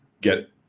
get